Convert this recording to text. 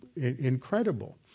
incredible